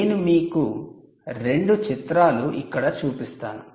నేను మీకు 2 చిత్రాలు ఇక్కడ చూపిస్తాను